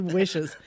wishes